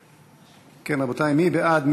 כן, רבותי, מי בעד?